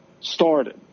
started